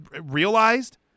realized